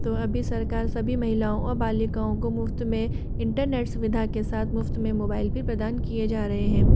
तो अभी सरकार सभी महिलाओं और बालिकाओं को मुफ्त में इंटरनेट सुविधा के साथ मुफ्त में मोबाइल भी प्रदान किए जा रहे हैं